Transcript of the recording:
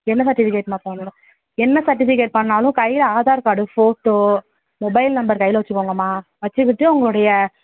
என்ன சர்டிஃபிகேட்ம்மா பண்ணணும் என்ன சர்டிஃபிகேட் பண்ணிணாலும் கையில் Aadhaar card photo mobile number கையில் வச்சுகோங்கம்மா வச்சுக்கிட்டு அவங்களோடைய